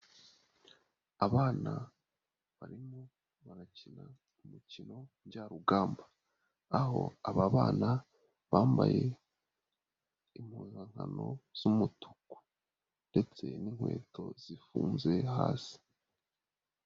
Abana barimo barakina umukino njyarugamba, aho aba bana bambaye impuzankano z'umutuku ndetse n'inkweto zifunze hasi.